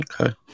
Okay